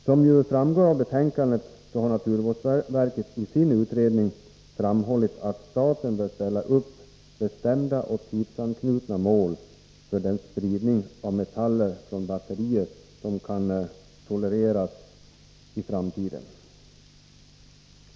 Som framgår av betänkandet har naturvårdsverket i sin utredning framhållit att staten bör ställa upp bestämda och tidsanknutna mål för den spridning av metaller genom batterier som kan tolereras i framtiden.